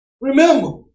Remember